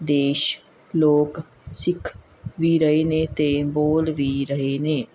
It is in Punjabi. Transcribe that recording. ਦੇਸ਼ ਲੋਕ ਸਿੱਖ ਵੀ ਰਹੇ ਨੇ ਅਤੇ ਬੋਲ ਵੀ ਰਹੇ ਨੇ